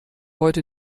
heute